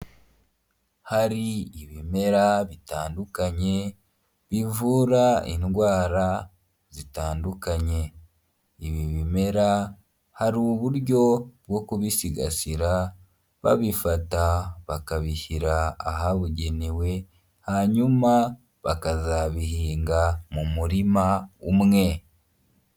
Hari ibimera bitandukanye bivura indwara zitandukanye. Ibi bimera hari uburyo bwo kubisigasira babifata bakabishyira ahabugenewe, hanyuma bakazabihinga mu murima umwe.